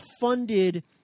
funded